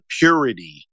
purity